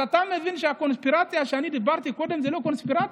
אז אתה מבין שהקונספירציה שאני דיברתי עליה קודם זה לא קונספירציה,